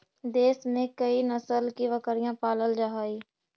देश में कई नस्ल की बकरियाँ पालल जा हई